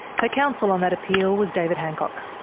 her counsel on that appeal was david hancock.